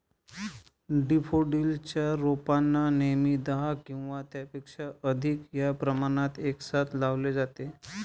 daffodils च्या रोपांना नेहमी दहा किंवा त्यापेक्षा अधिक या प्रमाणात एकसाथ लावले जाते